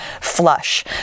flush